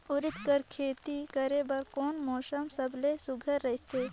उरीद कर खेती करे बर कोन मौसम सबले सुघ्घर रहथे?